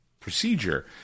procedure